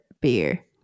beer